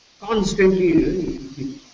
Constantly